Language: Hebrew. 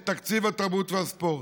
את תקציב התרבות והספורט.